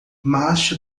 macho